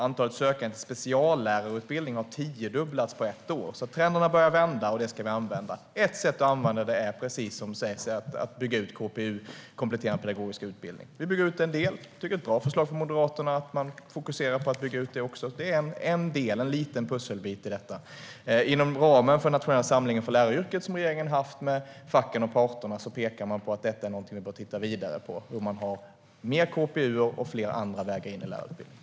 Antalet sökande till speciallärarutbildningar har tiodubblats på ett år. Att trenden vänder ska vi använda. Ett sätt är att bygga ut Kompletterande pedagogisk utbildning, KPU. Vi bygger ut en del. Det är ett bra förslag från Moderaterna att fokusera på att bygga ut den. Det är en del, en liten pusselbit i detta. Inom ramen för den nationella samlingen för läraryrket som regeringen har haft med facken och parterna pekar man på att detta är något vi bör titta vidare på. Det ska vara med KPU och fler andra vägar in i läraryrket.